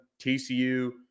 TCU